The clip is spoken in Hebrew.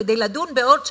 כדי לדון בעוד שנה,